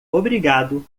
obrigado